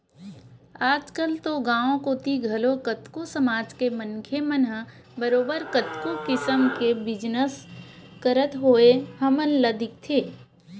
आजकल तो गाँव कोती घलो कतको समाज के मनखे मन ह बरोबर कतको किसम के बिजनस करत होय हमन ल दिखथे